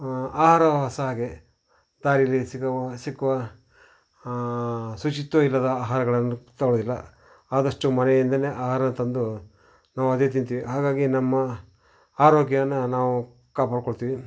ಆಹಾರ ಸಹ ಹಾಗೇ ದಾರಿಯಲ್ಲಿ ಸಿಗೋ ಸಿಕ್ಕುವ ಶುಚಿತ್ವ ಇಲ್ಲದ ಆಹಾರಗಳನ್ನು ತರೋದಿಲ್ಲ ಆದಷ್ಟು ಮನೆಯಿಂದನೇ ಆಹಾರ ತಂದು ನಾವು ಅದೇ ತಿಂತೀವಿ ಹಾಗಾಗಿ ನಮ್ಮ ಆರೋಗ್ಯವನ್ನ ನಾವು ಕಾಪಾಡಿಕೊಳ್ತೀವಿ